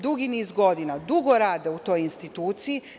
Dugi niz godina, dugo rade u toj instituciji.